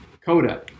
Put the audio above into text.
coda